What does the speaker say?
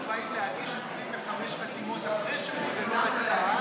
אבל כשאנחנו באים להגיש 25 חתימות אחרי שהוכרזה הצבעה,